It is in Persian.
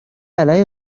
علیه